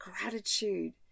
gratitude